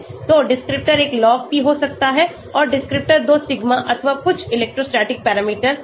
तो डिस्क्रिप्टर एक Log P हो सकता है और डिस्क्रिप्टर 2 सिग्मा अथवा कुछ इलेक्ट्रोस्टैटिक पैरामीटर हो सकता है